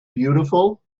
beautiful